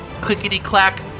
clickety-clack